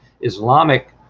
Islamic